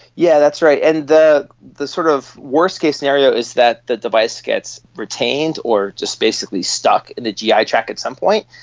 yeah that's right, and the the sort of worst case scenario is that the device gets retained or just basically stuck in the gi tract at some point,